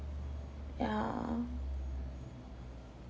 yeah